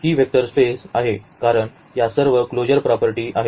तर ही vector space आहे कारण या सर्व क्लोजर प्रॉपर्टीज आहेत